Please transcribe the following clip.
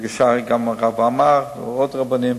נפגשה גם עם הרב עמאר ועוד רבנים.